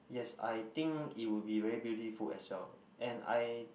yes I think it would be very beautiful as well and I